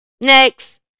Next